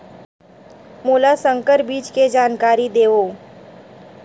मोला संकर बीज के जानकारी देवो?